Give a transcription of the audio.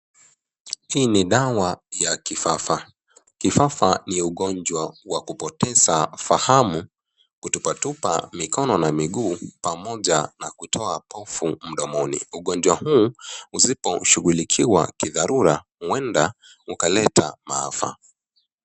Hii ni dawa ya kifafa. Kifafa ni ugonjwa wa kupoteza fahamu, kutupatupa mikono na miguu pamoja na kutoa pofu mdomoni. Ugonjwa huu usipo shughulikiwa kidharura ueda ukaleta maafa.